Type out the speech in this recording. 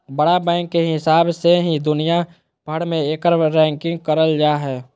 बड़ा बैंक के हिसाब से ही दुनिया भर मे एकर रैंकिंग करल जा हय